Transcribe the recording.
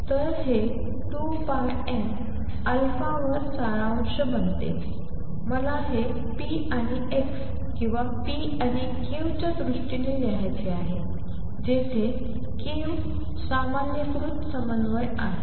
तर हे 2 π m α वर सारांश बनते मला हे p आणि x किंवा p आणि q च्या दृष्टीने लिहायचे आहे जेथे q सामान्यीकृत समन्वय आहे